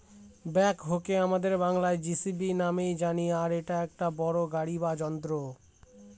ব্যাকহোকে আমাদের বাংলায় যেসিবি নামেই জানি আর এটা একটা বড়ো গাড়ি বা যন্ত্র